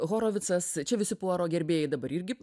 horovicas čia visi puaro gerbėjai dabar irgi